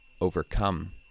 overcome